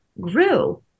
grew